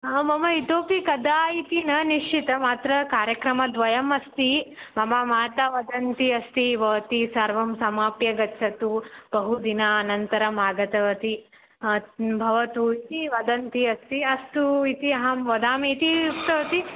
ह मम इतोपि कदा इति न निश्चितम् अत्र कार्यक्रमद्वयम् अस्ति मम माता वदन्ती अस्ति भवती सर्वं समाप्य गच्छतु बहुदिन अनन्तरम् आगतवती भवतु इति वदन्ती अस्ति अस्तु इति अहं वदामि इति उक्तवती